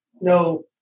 No